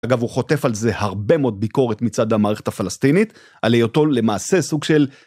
אגב הוא חוטף על זה הרבה מאוד ביקורת מצד המערכת הפלסטינית, על היותו למעשה סוג של